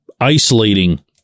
isolating